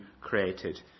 created